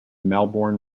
melbourne